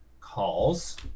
calls